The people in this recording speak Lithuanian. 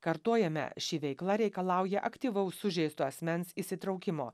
kartojame ši veikla reikalauja aktyvaus sužeisto asmens įsitraukimo